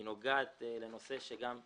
היא נוגעת לנושא שגם אתה,